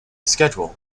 schedule